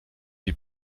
die